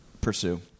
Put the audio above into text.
pursue